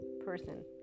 person